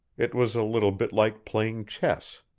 it was a little bit like playing chess.